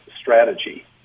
strategy